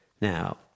Now